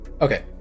Okay